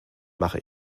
mache